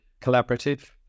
collaborative